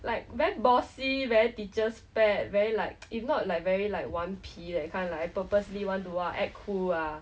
like very bossy very teacher's pet very like if not like very like 顽皮 that kind of like I purposely want to !wah! act cool ah